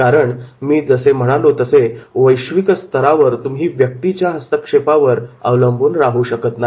कारण मी जसे म्हणालो तसे वैश्विक स्तरावर तुम्ही व्यक्तीच्या हस्तक्षेपावर अवलंबून राहू शकत नाही